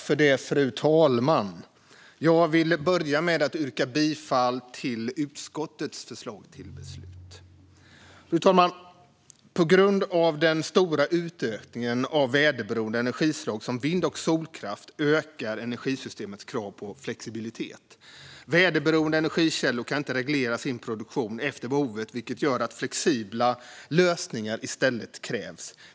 Fru talman! Jag vill börja med att yrka bifall till utskottets förslag till beslut. På grund av den stora utökningen av väderberoende energislag som vind och solkraft ökar energisystemets krav på flexibilitet. Väderberoende energikällor kan inte reglera sin produktion efter behovet, vilket gör att flexibla lösningar i stället krävs.